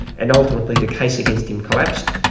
and ultimately the case against him collapsed,